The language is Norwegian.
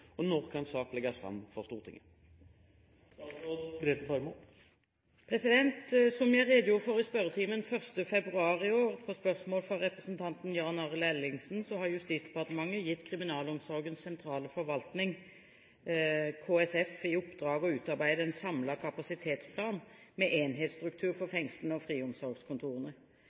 og lønnsomt, og når kan sak legges fram for Stortinget?» Som jeg redegjorde for i spørretimen 1. februar i år på spørsmål fra representanten Jan Arild Ellingsen, har Justisdepartementet gitt Kriminalomsorgens sentrale forvaltning, KSF, i oppdrag å utarbeide en samlet kapasitetsplan med enhetsstruktur for fengslene og friomsorgskontorene.